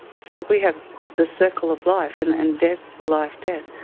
so we have the circle of life and and death, life, death,